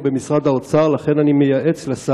ואומר סגן השר שהיא נמצאת.